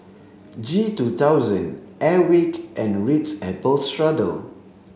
G two thousand Airwick and Ritz Apple Strudel